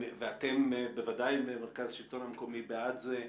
ואתם בוודאי מרכז השלטון המקומי בעד זה,